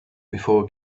before